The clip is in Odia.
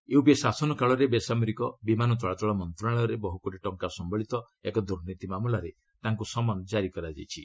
ୟୁପିଏ ଶାସନକାଳରେ ବେସାମରିକ ଚଳାଚଳ ମନ୍ତ୍ରଣାଳୟରେ ବହୁ କୋଟି ଟଙ୍କା ସମ୍ଭଳିତ ଏକ ଦୁର୍ନୀତି ମାମଲାରେ ତାଙ୍କୁ ସମନ୍ ଜାରି କରାଯାଇଛି